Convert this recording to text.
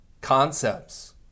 concepts